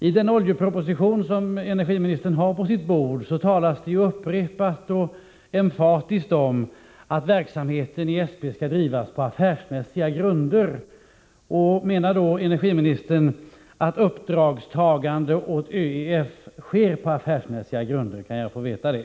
I den oljeproposition som energiministern har på sitt bord talas det upprepade gånger, och emfatiskt, om att verksamheten i SP skall drivas på affärsmässiga grunder. Menar då energiministern att uppdragstagandet för ÖEF sker på affärsmässiga grunder? Kan jag få veta det?